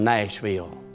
Nashville